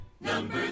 Number